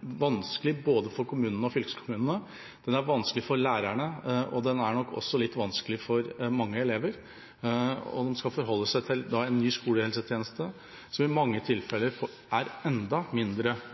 vanskelig for kommunen og fylkeskommunen og for lærerne, og den er nok litt vanskelig også for mange elever. De skal forholde seg til en ny skolehelsetjeneste, som det i mange tilfeller er